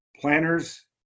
Planners